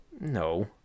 No